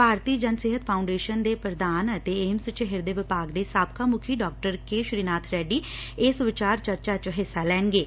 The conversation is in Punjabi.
ਭਾਰਤੀ ਜਨ ਸਿਹਤ ਫਾਉਂਡੇਸ਼ਨ ਦੇ ਪ੍ਰਧਾਨ ਅਤੇ ਏਮਸ ਚ ਹਿਰਦੇ ਵਿਭਾਗ ਦੇ ਸਾਬਕਾ ਮੁੱਖ ਡਾ ਕੇ ਸ੍ਰੀਨਾਬ ਰੈਡੀ ਇਸ ਵਿਚਾਰ ਚਰਚਾ ਚ ਹਿੱਸਾ ਲੈਣਗੇ